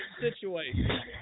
situation